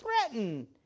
threaten